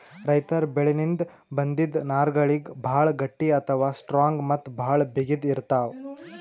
ರೈತರ್ ಬೆಳಿಲಿನ್ದ್ ಬಂದಿಂದ್ ನಾರ್ಗಳಿಗ್ ಭಾಳ್ ಗಟ್ಟಿ ಅಥವಾ ಸ್ಟ್ರಾಂಗ್ ಮತ್ತ್ ಭಾಳ್ ಬಿಗಿತ್ ಇರ್ತವ್